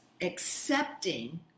accepting